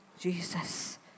Jesus